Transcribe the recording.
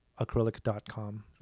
acrylic.com